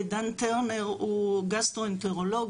דן טרנר הוא גסטרואנטרולוג.